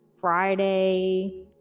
friday